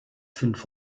fünf